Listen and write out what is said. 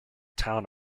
town